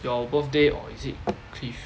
your birthday or is it cliff